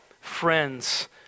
friends